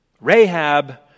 Rahab